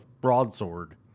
broadsword